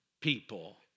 people